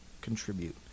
contribute